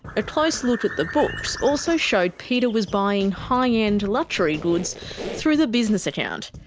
a close look at the books also showed peter was buying high end luxury goods through the business account.